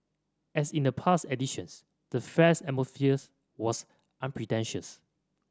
as in the past editions the fair's atmospheres was unpretentious